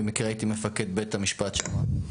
במקרה הייתי מפקד בית המשפט שם.